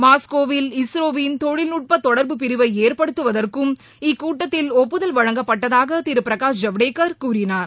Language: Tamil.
மாஸ்கோவில் இஸ்ரோவிள் தொழில்நுட்பதொடர்பு பிரிவைஏற்படுத்துவதற்கும் இக்கூட்டத்தில் ஒப்புதல் வழங்கப்பட்டதாகதிருபிரகாஷ் ஜவ்டேகர் கூறினார்